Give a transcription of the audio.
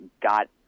got